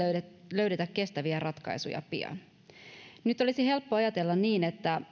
löydetä kestäviä ratkaisuja pian nyt olisi helppo ajatella niin että